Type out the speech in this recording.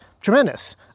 tremendous